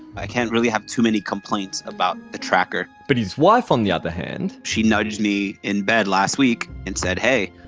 i can't really have too many complaints about the tracker. but his wife on the other hand, david she nudged me in bed last week and said, hey,